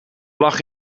lag